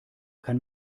kann